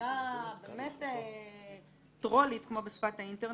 תמונה טרולית, כמו בשפת האינטרנט.